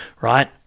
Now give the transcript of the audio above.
right